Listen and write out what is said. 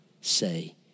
say